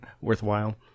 worthwhile